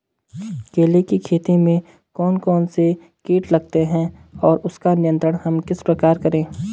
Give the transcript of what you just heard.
केले की खेती में कौन कौन से कीट लगते हैं और उसका नियंत्रण हम किस प्रकार करें?